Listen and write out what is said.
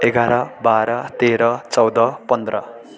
एघार बाह्र तेह्र चौध पन्ध्र